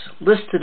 listed